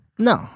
No